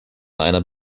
einer